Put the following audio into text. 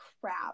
crap